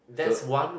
so